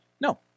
No